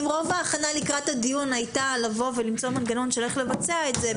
אם רוב ההכנה לקראת הדיון הייתה למצוא מנגנון של איך לבצע את זה,